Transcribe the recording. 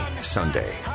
Sunday